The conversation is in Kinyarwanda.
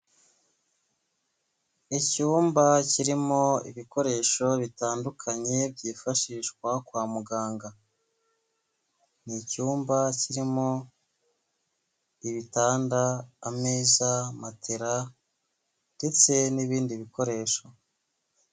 Icyumba kirimo ibikoresho bitandukanye byifashishwa kwa muganga. Ni icyumba kirimo ibitanda, ameza, matera ndetse n'ibindi bikoresho.